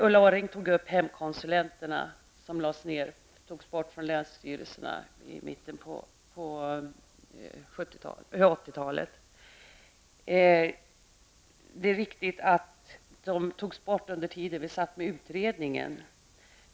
Ulla Orring tog upp hemkonsulentverksamheten, som togs bort från länsstyrelserna i mitten av 80 talet. Det är riktigt att den verksamheten togs bort under tiden utredningen pågick.